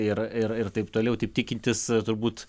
ir ir ir taip toliau taip tikintis turbūt